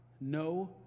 no